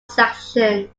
section